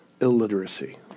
illiteracy